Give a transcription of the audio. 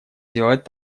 сделать